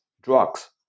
drugs